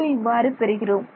பின்பு இவ்வாறு பெறுகிறோம்